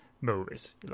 movies